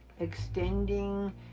extending